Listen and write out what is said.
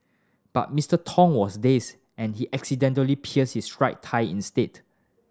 but Mister Tong was dazed and he accidentally pierced his right thigh instead